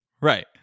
Right